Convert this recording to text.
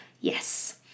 Yes